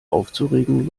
aufzuregen